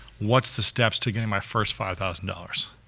what's the steps to getting my first five thousand dollars?